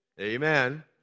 Amen